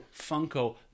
Funko